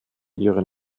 ihren